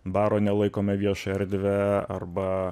baro nelaikome vieša erdve arba